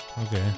Okay